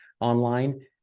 online